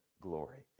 glory